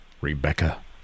Rebecca